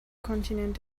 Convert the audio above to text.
kontinent